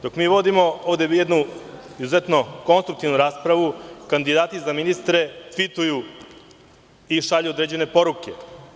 Dok mi vodimo ovde izuzetno konstruktivnu raspravu, kandidati za ministre tvituju i šalju određene poruke.